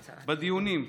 בדיונים,